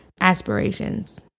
aspirations